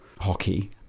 hockey